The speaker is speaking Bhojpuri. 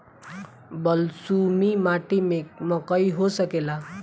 बलसूमी माटी में मकई हो सकेला?